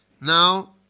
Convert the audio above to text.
Now